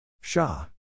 Shah